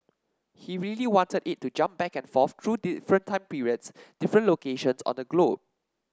he really wanted it to jump back and forth through different time periods different locations on the globe